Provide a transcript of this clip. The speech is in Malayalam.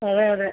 അതെ അതെ